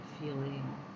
feeling